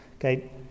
okay